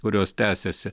kurios tęsiasi